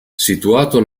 situato